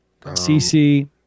CC